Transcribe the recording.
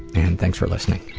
and thanks for listening